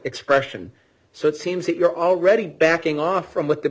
expression so it seems that you're already backing off from what the